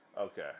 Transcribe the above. Okay